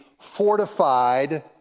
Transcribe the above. fortified